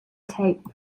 tape